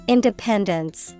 Independence